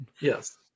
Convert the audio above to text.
Yes